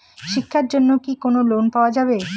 শিক্ষার জন্যে কি কোনো লোন পাওয়া যাবে?